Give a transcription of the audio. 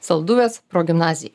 salduvės progimnazijai